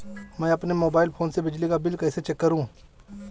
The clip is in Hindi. मैं अपने मोबाइल फोन से बिजली का बिल कैसे चेक करूं?